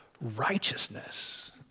righteousness